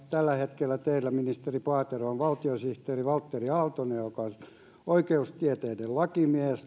tällä hetkellä teillä ministeri paatero on valtiosihteeri valtteri aaltonen joka on oikeustieteiden lakimies